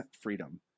freedom